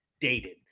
dated